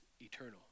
eternal